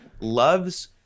loves